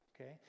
okay